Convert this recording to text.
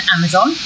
Amazon